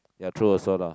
ya true also lah